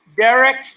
Derek